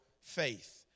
faith